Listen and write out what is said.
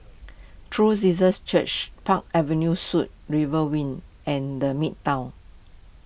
True Jesus Church Park Avenue Suites River Wing and the Midtown